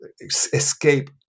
escape